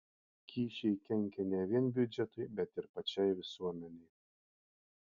kyšiai kenkia ne vien biudžetui bet ir pačiai visuomenei